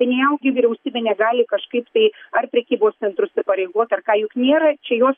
tai nejaugi vyriausybė negali kažkaip tai ar prekybos centrus įpareigot ar ką juk nėra čia jos